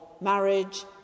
marriage